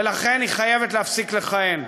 ולכן היא חייבת להפסיק לכהן,